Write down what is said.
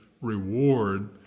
reward